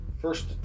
First